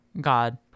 god